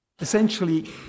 essentially